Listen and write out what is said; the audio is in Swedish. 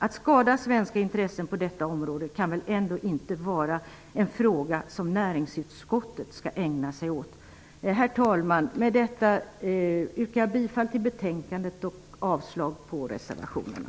Att skada svenska intressen på detta område kan väl ändå inte vara en fråga som näringsutskottet skall ägna sig åt. Herr talman! Med detta yrkar jag bifall till hemställan i utskottets betänkande och avslag på reservationerna.